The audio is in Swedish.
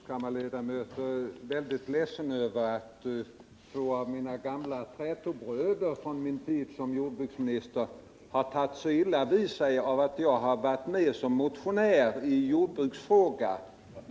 Herr talman! Jag är, kammarledamöter, ledsen över att två av mina gamla trätobröder från min tid som jordbruksminister tagit så illa vid sig av att jag varit med som motionär i en jordbruksfråga.